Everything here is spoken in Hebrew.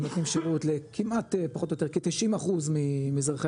שנותנים שירות לכמעט פחות או יותר כ-90% מאזרחי